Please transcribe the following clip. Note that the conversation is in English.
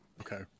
Okay